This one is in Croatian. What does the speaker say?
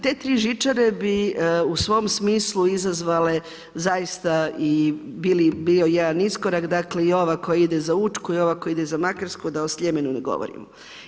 Te tri žičare bi u svom smislu izazvale zaista i bio jedan iskorak, dakle i ova koja ide za Učku i ova koja ide za Makarsku da o Sljemenu ne govorimo.